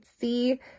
see